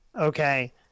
Okay